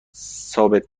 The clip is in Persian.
ثابت